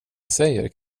säger